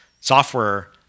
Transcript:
software